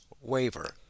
waiver